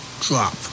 drop